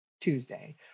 Tuesday